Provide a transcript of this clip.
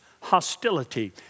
hostility